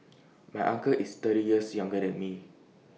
my uncle is thirty years younger than me